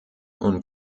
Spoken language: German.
und